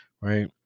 Right